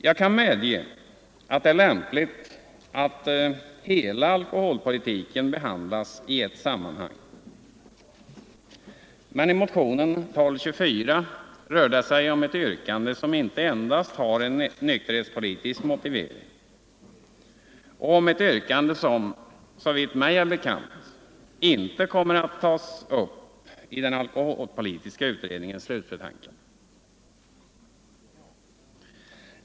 Jag kan medge att det är lämpligt att hela alkoholpolitiken behandlas i ett sammanhang, men i motionen 1224 rör det sig om ett yrkande som inte endast har en nykterhetspolitisk motivering och om ett yrkande som, såvitt mig är bekant, inte kommer att tas upp i den alkoholpolitiska utredningens slutbetänkande.